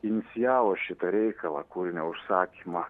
inicijavo šitą reikalą kūrinio užsakymą